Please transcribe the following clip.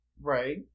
Right